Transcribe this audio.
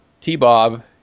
T-Bob